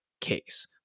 case